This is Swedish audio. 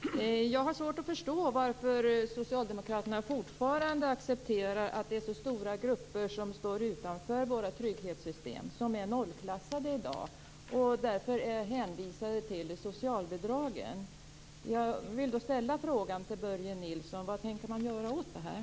Fru talman! Jag har svårt att förstå varför socialdemokraterna fortfarande accepterar att så stora grupper står utanför våra trygghetssystem i dag. De är nollklassade och är därför hänvisade till socialbidragen. Jag vill fråga Börje Nilsson vad man tänker göra åt detta.